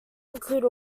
include